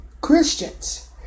Christians